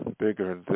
bigger